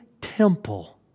temple